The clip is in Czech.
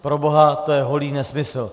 Proboha, to je holý nesmysl.